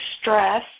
stress